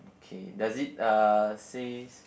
K does it uh says